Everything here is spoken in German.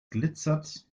glitzert